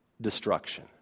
destruction